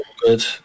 Good